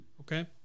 Okay